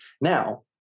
Now